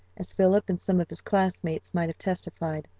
as philip and some of his classmates might have testified.